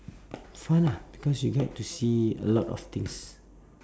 fun lah because you get to see a lot of things